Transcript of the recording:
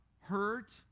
hurt